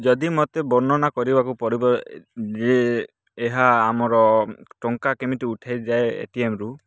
ଯଦି ମୋତେ ବର୍ଣ୍ଣନା କରିବାକୁ ପଡ଼ିବ ଯେ ଏହା ଆମର ଟଙ୍କା କେମିତି ଉଠାଯାଏ ଏଟିଏମରୁ